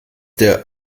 der